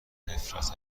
نفرت